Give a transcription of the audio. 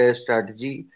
strategy